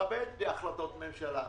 אני מכבד החלטות ממשלה.